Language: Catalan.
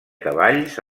cavalls